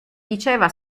diceva